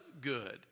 good